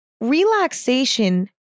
Relaxation